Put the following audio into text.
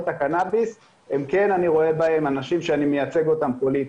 הקנאביס כן אני רואה בהם אנשים שאני מייצג אותם פוליטית.